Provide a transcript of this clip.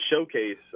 showcase